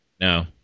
no